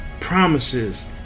promises